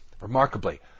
Remarkably